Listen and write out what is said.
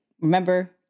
Remember